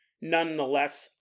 nonetheless